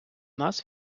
нас